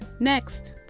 next,